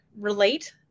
relate